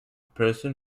person